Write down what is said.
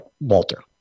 Walter